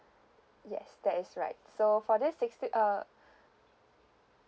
yes that is right so for this sixty uh